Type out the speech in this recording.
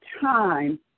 time